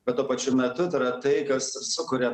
bet tuo pačiu metu tai yra tai kas sukuria